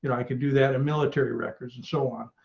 you know i can do that and military records and so on.